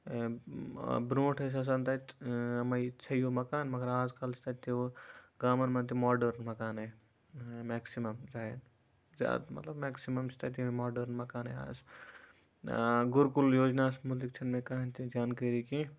برونٛٹھ ٲسۍ آسان تَتہِ یِمے ژھیٚیو مَکان مگر آزکَل چھِ تَتہِ گامَن مَنٛز ماڑٲرٕن مَکانٕے میٚکسِمَم زیادٕ مَطلَب میٚکسِمَم چھِ تَتہِ ماڑٲرٕن مَکانٕے آز گُرکُل یوجناہَس مُتعلِق چھَنہٕ مےٚ کٕہٕنۍ تہِ جانکٲری کینٛہہ